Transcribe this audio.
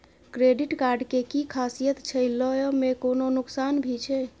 Credit card के कि खासियत छै, लय में कोनो नुकसान भी छै?